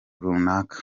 runaka